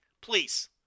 Please